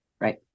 Right